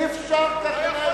אי-אפשר ככה.